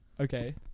Okay